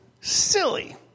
silly